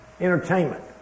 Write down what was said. Entertainment